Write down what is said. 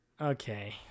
Okay